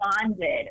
bonded